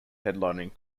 headlining